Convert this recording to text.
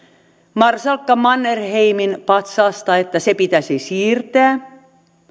marsalkka mannerheimin patsaasta että se pitäisi siirtää